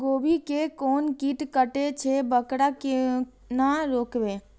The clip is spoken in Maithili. गोभी के कोन कीट कटे छे वकरा केना रोकबे?